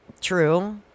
True